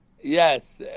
yes